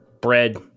bread